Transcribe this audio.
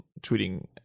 tweeting